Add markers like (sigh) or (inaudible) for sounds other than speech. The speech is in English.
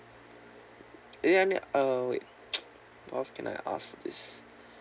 let me uh wait (noise) what else can I ask is